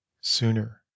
sooner